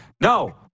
No